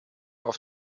auf